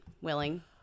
willing